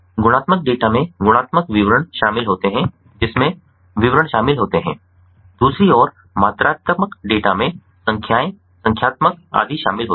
गुणात्मक डेटा में गुणात्मक विवरण शामिल होते हैं जिसमें विवरण शामिल होते हैं दूसरी ओर मात्रात्मक डेटा में संख्याएं संख्यात्मक आदि शामिल होते हैं